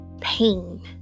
pain